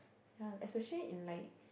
ya especially in like